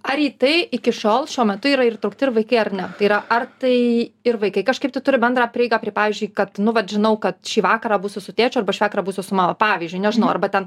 ar į tai iki šiol šiuo metu yra ir įtrukti ir vaikai ar ne tai yra ar tai ir vaikai kažkaip turi bendrą prieigą prie pavyzdžiui kad nu vat žinau kad šį vakarą būsiu su tėčiu arba šį vakarą būsiu su mana pavyzdžiui nežinau arba ten